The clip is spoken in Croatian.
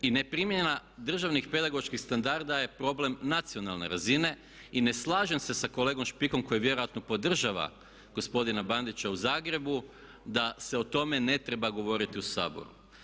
I neprimjena državnih pedagoških standarda je problem nacionalne razine i ne slažem se sa kolegom Špikom koji vjerojatno podržava gospodina Bandića u Zagrebu da se o tome ne treba govoriti u Saboru.